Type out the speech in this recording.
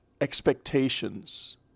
expectations